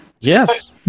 Yes